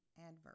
adverb